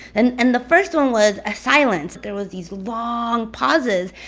and and the first one was ah silence. there was these long pauses.